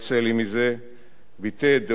ביטא את דעותיו ופעל לפיהן.